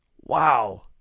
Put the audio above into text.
Wow